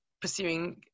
pursuing